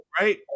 right